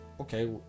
okay